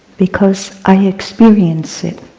because i experience it.